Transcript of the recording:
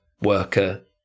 worker